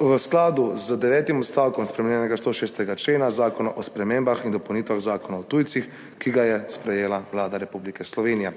v skladu z devetim odstavkom spremenjenega 106. člena Zakona o spremembah in dopolnitvi Zakona o tujcih, ki ga je sprejela Vlada Republike Slovenije.